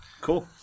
cool